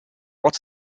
what